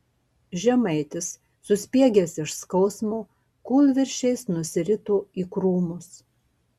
žemaitis suspiegęs iš skausmo kūlvirsčiais nusirito į krūmus